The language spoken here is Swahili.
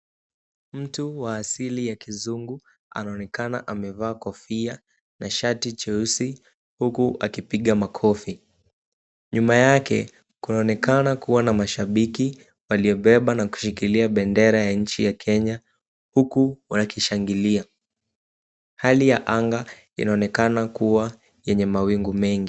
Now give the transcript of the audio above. Mtu wa asili ya kizungu anaonekana amevaa kofia na shati jeusi huku akipiga makofi. Nyuma yake kunaonekana kuwa na mashabiki waliobeba na kushikilia bendera ya nchi ya Kenya huku wakishangilia. Hali ya anga inaonekana kuwa yenye mawingu mengi.